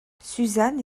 suzanne